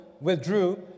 withdrew